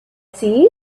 see